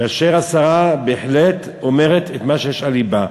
כאשר השרה בהחלט אומרת את מה שיש על לבה.